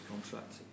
contract